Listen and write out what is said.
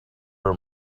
were